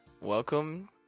welcome